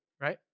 right